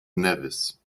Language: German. nevis